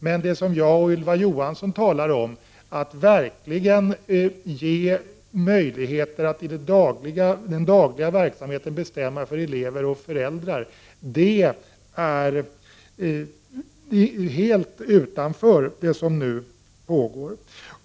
Men det som jag och Ylva Johansson talar om — att verkligen ge möjligheter att i den dagliga verksamheten bestämma för elever och föräldrar — ligger helt utanför det som nu pågår.